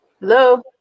Hello